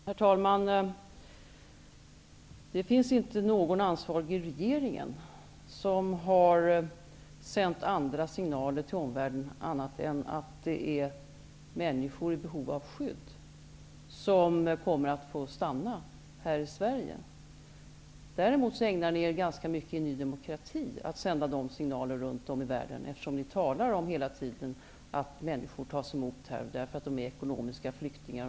Herr talman! Det finns inte någon ansvarig i re geringen som har sänt andra signaler till omvärl den än att det är människor i behov av skydd som kommer att få stanna här i Sverige. Däremot äg nar ni er i Ny demokrati ganska mycket åt att sända dessa signaler runt världen, eftersom ni hela tiden talar om att människor tas emot här som ekonomiska flyktingar.